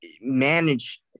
manage